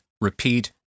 Repeat